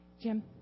Jim